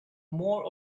more